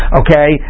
okay